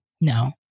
no